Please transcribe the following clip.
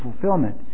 fulfillment